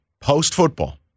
post-football